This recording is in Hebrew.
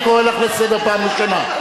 אני קורא אותך לסדר פעם ראשונה.